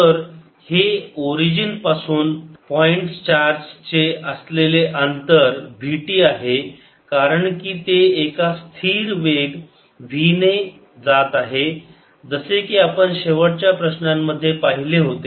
तर हे ओरिजिन पासून पॉईंट चार्ज चे असलेले अंतर v t आहे कारण की ते एका स्थिर वेग v नी जात आहे जसे की आपण शेवटच्या प्रश्नांमध्ये पाहिले होते